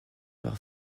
par